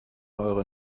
eure